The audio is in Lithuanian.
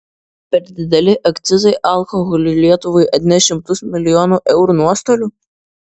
per dideli akcizai alkoholiui lietuvai atneš šimtus milijonų eurų nuostolių